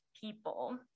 people